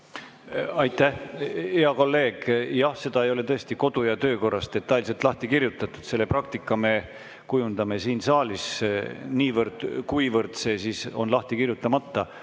Aitäh, hea kolleeg! Jah, seda ei ole tõesti kodu- ja töökorras detailselt lahti kirjutatud, selle praktika me kujundame siin saalis niivõrd, kuivõrd see on lahti kirjutamata.